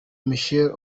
michelle